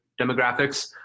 demographics